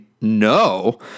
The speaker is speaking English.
no